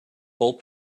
both